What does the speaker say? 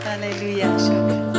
Hallelujah